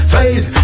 Faith